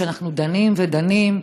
שאנחנו דנים ודנים,